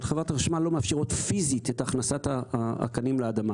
חברת החשמל לא מאפשרות פיזית את הכנסת הקנים לאדמה.